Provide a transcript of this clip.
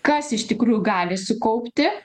kas iš tikrųjų gali sukaupti